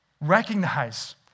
Recognize